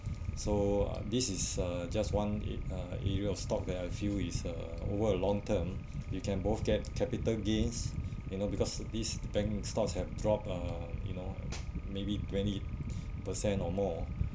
so this is uh just one it uh area of stock there are few is uh over a long term you can both get capital gains you know because this bank stocks have dropped uh you know maybe twenty percent or more